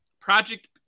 project